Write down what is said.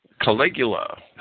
Caligula